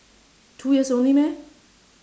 two years only meh